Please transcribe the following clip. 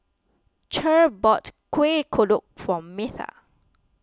Cher bought Kueh Kodok for Metha